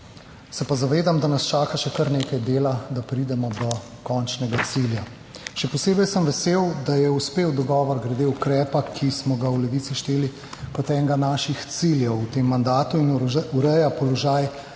Se pa zavedam, da nas čaka še kar nekaj dela, da pridemo do končnega cilja. Še posebej sem vesel, da je uspel dogovor glede ukrepa, ki smo ga v Levici šteli kot enega naših ciljev v tem mandatu in ureja položaj